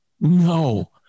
No